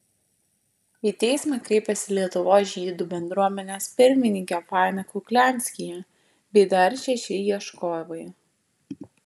į teismą kreipėsi lietuvos žydų bendruomenės pirmininkė faina kuklianskyje bei dar šeši ieškovai